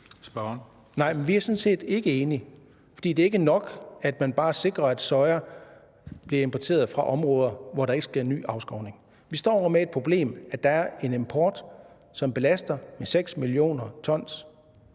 vi er sådan set ikke enige, for det er ikke nok, at man bare sikrer, at soja bliver importeret fra områder, hvor der ikke sker ny afskovning. Vi står med det problem, at der er en import, som belaster med 6 mio. t,